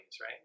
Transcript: right